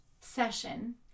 session